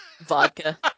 vodka